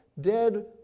dead